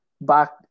back